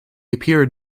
appeared